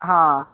हा